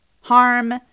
harm